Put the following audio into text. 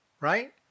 right